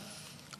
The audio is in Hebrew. רגע,